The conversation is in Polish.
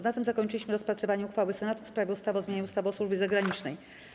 Na tym zakończyliśmy rozpatrywanie uchwały Senatu w sprawie ustawy o zmianie ustawy o służbie zagranicznej.